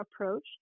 approach